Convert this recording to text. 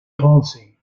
policy